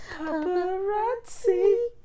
Paparazzi